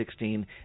2016